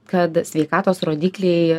kad sveikatos rodikliai